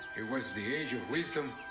it was the age of wisdom,